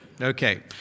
Okay